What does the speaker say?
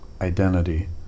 identity